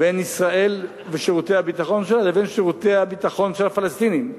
בין ישראל ושירותי הביטחון שלה לבין שירותי הביטחון של הפלסטינים,